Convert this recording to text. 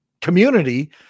community